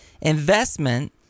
investment